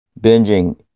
binging